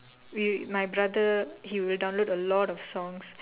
with my brother he will download a lot of songs